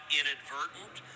inadvertent